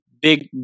Big